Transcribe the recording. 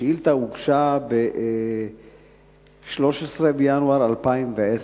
השאילתא הוגשה ב-13 בינואר 2010,